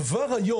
אם כבר,